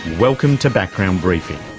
welcome to background briefing.